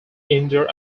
indoor